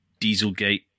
dieselgate